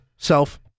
self